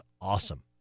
awesome